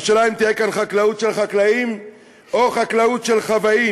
השאלה היא אם תהיה כאן חקלאות של חקלאים או חקלאות של חוואים,